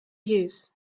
use